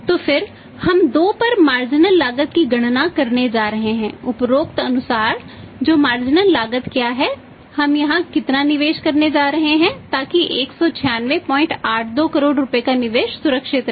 तो फिर हम 2 पर मार्जिनल 20 है